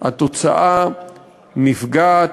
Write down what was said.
התוצאה נפגעת.